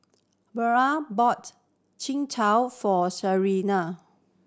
Beula bought for Shianne